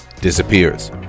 disappears